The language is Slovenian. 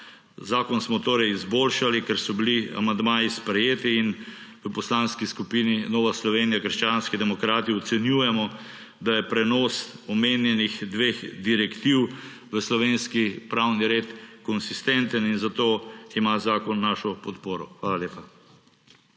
Zakon smo torej izboljšali, ker so bili amandmaji sprejeti. V Poslanski skupini Nova Slovenija – krščanski demokrati ocenjujemo, da je prenos omenjenih dveh direktiv v slovenski pravni red konsistenten in zato ima zakon našo podporo. Hvala lepa.